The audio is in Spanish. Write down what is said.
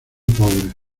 pobres